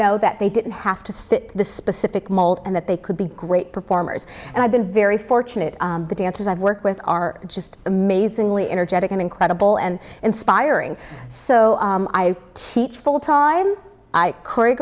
know that they didn't have to fit the specific mold and that they could be great performers and i've been very fortunate the dancers i've worked with are just amazingly energetic and incredible and inspiring so i teach full time i c